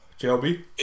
JLB